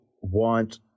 want